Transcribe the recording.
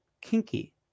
kinky